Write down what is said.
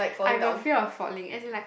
I have a fear of falling as in like